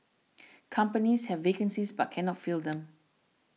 companies have vacancies but cannot fill them